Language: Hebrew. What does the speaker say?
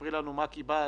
תספרי לנו מה קיבלת,